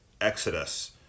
exodus